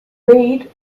read